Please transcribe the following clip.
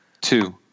two